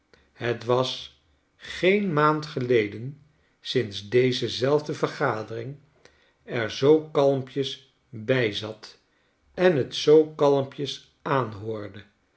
het was geen maand geleden sinds deze zelfde vergadering er zoo kalmpjes bij zat en t zoo kalmpjes aanhoorde